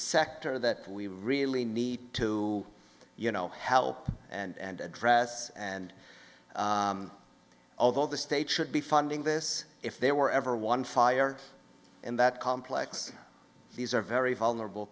sector that we really need to you know help and address and although the state should be funding this if there were ever one fire in that complex these are very vulnerable